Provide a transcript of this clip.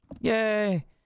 Yay